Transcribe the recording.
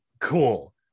cool